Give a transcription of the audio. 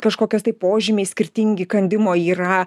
kažkokios tai požymiai skirtingi įkandimo yra